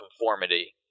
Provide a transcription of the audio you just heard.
conformity